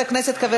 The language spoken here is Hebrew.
אין